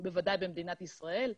בוודאי במדינת ישראל.